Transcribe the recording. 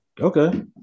Okay